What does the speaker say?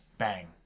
bang